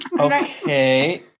Okay